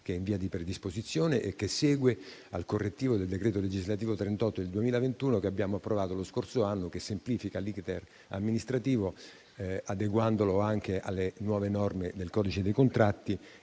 che è in via di predisposizione e che segue al correttivo del decreto legislativo n. 38 del 2021 che abbiamo approvato lo scorso anno, il quale semplifica l'*iter* amministrativo, adeguandolo anche alle nuove norme del codice dei contratti,